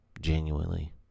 genuinely